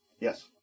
Yes